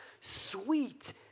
Sweet